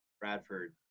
Bradford